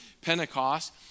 Pentecost